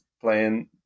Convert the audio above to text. playing